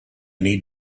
need